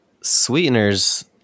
sweeteners